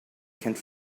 can’t